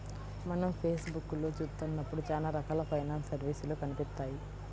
మనం ఫేస్ బుక్కులో చూత్తన్నప్పుడు చానా రకాల ఫైనాన్స్ సర్వీసులు కనిపిత్తాయి